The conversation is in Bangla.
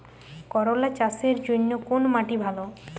করলা চাষের জন্য কোন মাটি ভালো?